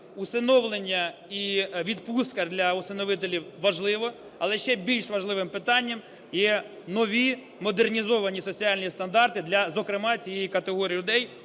усиновлення і відпустка для усиновителів важливо, але ще більш важливим питання є нові модернізовані соціальні стандарти для, зокрема, цієї категорії людей,